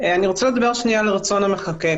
אני רוצה לדבר על רצון המחוקק.